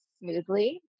Smoothly